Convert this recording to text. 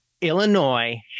Illinois